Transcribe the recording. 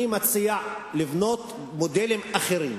אני מציע לבנות מודלים אחרים